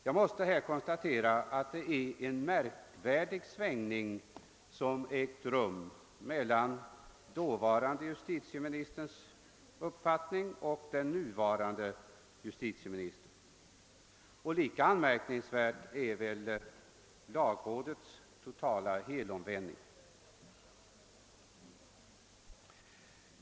Jag måste konstatera att det är en märklig svängning som ägt rum mellan dåvarande <justitieministerns uppfattning och den nuvarande justitieministerns. Lika anmärkningsvärd är lagrådets totala helomvändning.